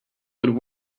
would